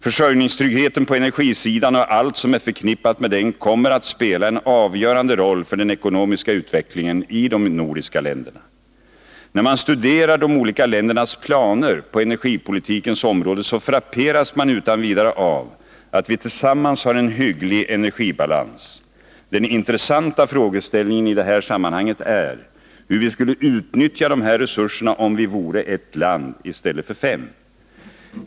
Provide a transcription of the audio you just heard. Försörjningstryggheten på energisidan och allt som är förknippat med den kommer att spela en avgörande roll för den ekonomiska utvecklingen i de nordiska länderna. När man studerar de olika ländernas planer på energipolitikens område frapperas man utan vidare av att vi tillsammans har en hygglig energibalans. Den intressanta frågeställningen i det här sammanhanget är hur vi skulle utnyttja de resurserna om vi vore ett land i stället för fem.